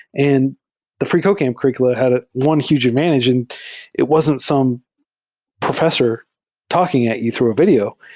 and the freecodecamp curr iculum had ah one huge advantage, and it wasn't some professor talking at you through a video.